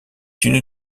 une